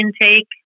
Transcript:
intake